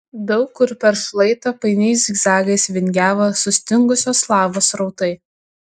daug kur per šlaitą painiais zigzagais vingiavo sustingusios lavos srautai